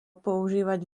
používať